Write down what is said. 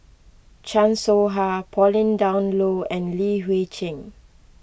Chan Soh Ha Pauline Dawn Loh and Li Hui Cheng